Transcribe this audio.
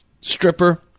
stripper